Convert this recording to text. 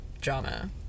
drama